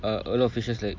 uh a lot of fishes like